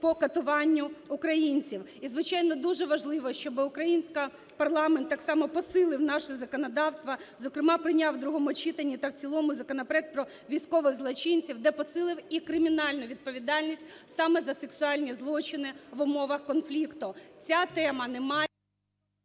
по катуванню українців. І, звичайно, дуже важливо, щоб український парламент так само посилив наше законодавство, зокрема прийняв в другому читанні та в цілому законопроект про військових злочинців, де посилив і кримінальну відповідальність саме за сексуальні злочини в умовах конфлікту. Ця тема не має…